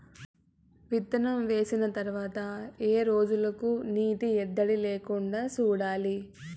విత్తనం వేసిన తర్వాత ఏ రోజులకు నీటి ఎద్దడి లేకుండా చూడాలి?